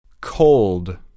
Cold